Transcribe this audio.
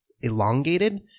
elongated